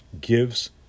gives